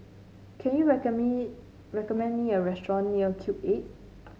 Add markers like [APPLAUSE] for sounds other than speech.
can you [UNINTELLIGIBLE] recommend me a restaurant near Cube Eight